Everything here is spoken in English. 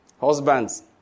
husbands